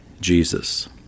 Jesus